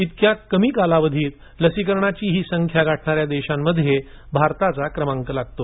इतक्या कमी कालावधीत लसीकरणाची ही संख्या गाठणा या देशांमध्ये भारताचा क्रमांक लागतो